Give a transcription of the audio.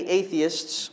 atheists